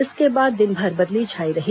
इसके बाद दिनभर बदली छाई रही